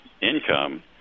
income